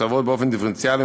מתוקצבות באופן דיפרנציאלי,